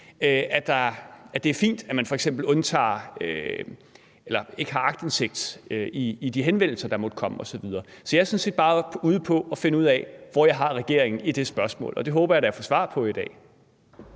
at det er fint, at man f.eks. ikke har aktindsigt i de henvendelser, der måtte komme osv.? Så jeg er sådan set bare ude på at finde ud af, hvor jeg har regeringen i det spørgsmål – og det håber jeg da at få svar på i dag.